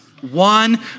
One